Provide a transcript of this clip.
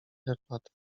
herbaty